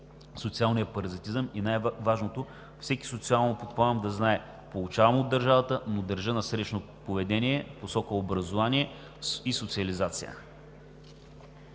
социалният паразитизъм и най-важното – всеки социално подпомаган да знае: получавам от държавата, но дължа насрещното поведение в посока образование и социализация.